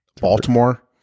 Baltimore